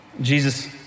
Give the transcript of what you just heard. Jesus